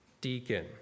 deacon